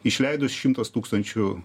išleidus šimtas tūkstančių